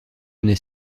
n’est